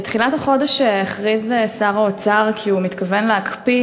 בתחילת החודש הכריז שר האוצר כי הוא מתכוון להקפיא